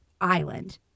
island